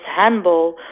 handball